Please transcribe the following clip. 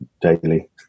daily